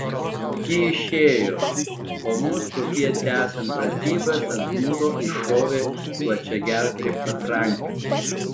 ji išėjo o mums popiet tęsiant pratybas ant mūro iššovė plačiagerklė patranka